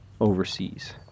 overseas